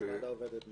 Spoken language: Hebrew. כשהוועדה עובדת מלא.